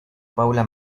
paula